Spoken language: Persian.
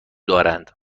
دارند